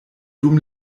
dum